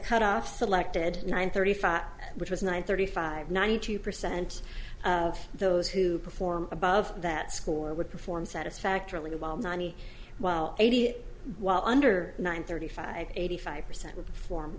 cut off selected nine thirty five which was nine thirty five ninety two percent of those who perform above that score would perform satisfactorily while nonny while eighty while under one thirty five eighty five percent would form